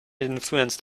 influenced